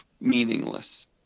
meaningless